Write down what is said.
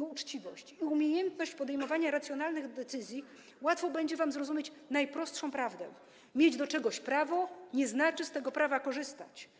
uczciwość i umiejętność podejmowania racjonalnych decyzji, łatwo będzie wam zrozumieć najprostszą prawdę: mieć do czegoś prawo, nie znaczy z tego prawa korzystać.